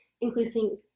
including